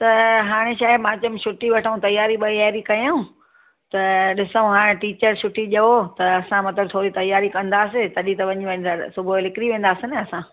त हाणे छाहे मां चयमि छुटी वठूं तयारी ॿयारी कयूं त ॾिसो हाणे टीचर छुटी ॾियो त असां मतिलबु थोरी तयारी कंदासीं तॾहिं त वञी सुबुह निकिरी वेंदासीं न असां